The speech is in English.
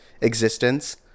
existence